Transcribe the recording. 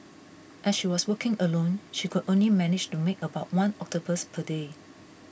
as she was working alone she could only manage to make about one octopus per day